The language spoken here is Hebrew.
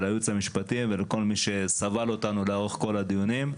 לייעוץ המשפטי ולכל מי שסבל אותנו לאורך כל הדיונים.